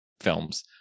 films